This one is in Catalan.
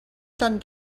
tan